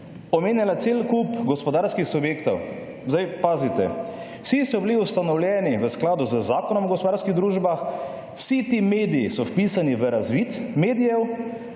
Omenjala je cel kup gospodarskih subjektov. Zdaj, pazite. Vsi so bili ustanovljeni v skladu z Zakonom o gospodarskih družbah, vsi ti mediji so vpisani v razvid medijev